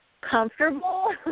comfortable